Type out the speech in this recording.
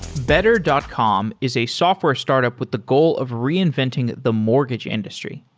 better dot com is a software startup with the goal of reinventing the mortgage industry.